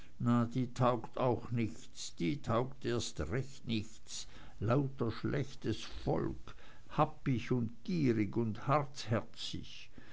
die taugt auch nichts die taugt erst recht nichts lauter schlechtes volk happig und gierig und